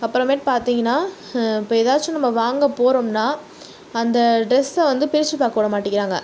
அப்புறமேட்டு பார்த்தீங்கன்னா இப்போது ஏதாச்சும் நாம் வாங்க போகிறோம்னா அந்த டிரஸ்ஸை வந்து பிரிச்சு பார்க்க விடமாட்டேங்கிறாங்க